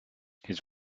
his